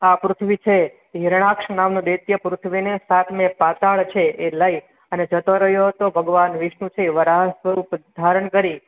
આ પૃથ્વી છે હિરણાક્ષ નામનો દૈત્ય પૃથ્વીને સાતમે પાતાળ છે એ લઈ અને જતો રહ્યો હતો ભગવાન વિષ્ણુ છે તે વરાહ સ્વરૂપ ધારણ કરી